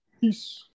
Peace